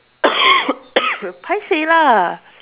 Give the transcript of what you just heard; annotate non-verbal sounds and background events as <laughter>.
<coughs> paiseh lah